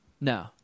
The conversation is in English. No